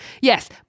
yes